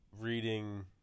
reading